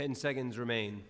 and seconds remain